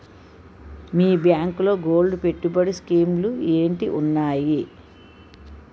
మీ బ్యాంకులో గోల్డ్ పెట్టుబడి స్కీం లు ఏంటి వున్నాయి?